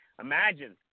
Imagine